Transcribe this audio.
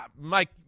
Mike